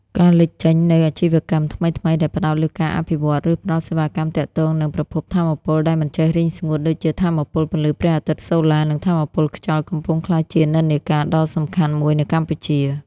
ការលេចចេញនូវអាជីវកម្មថ្មីៗដែលផ្ដោតលើការអភិវឌ្ឍ ឬផ្ដល់សេវាកម្មទាក់ទងនឹង ប្រភពថាមពលដែលមិនចេះរីងស្ងួត (ដូចជា ថាមពលពន្លឺព្រះអាទិត្យ (សូឡា) និង ថាមពលខ្យល់) កំពុងក្លាយជានិន្នាការដ៏សំខាន់មួយនៅកម្ពុជា។